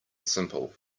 simple